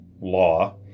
law